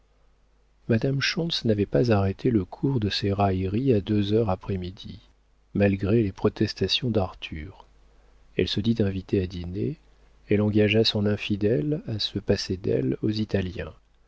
schontz n'avait pas arrêté le cours de ses railleries à deux heures après midi malgré les protestations d'arthur elle se dit invitée à dîner elle engagea son infidèle à se passer d'elle aux italiens